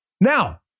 Now